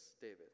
david